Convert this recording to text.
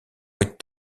est